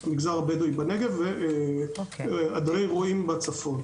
ממגזר הבדווים בנגב ועדרי רועים בצפון.